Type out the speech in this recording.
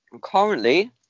currently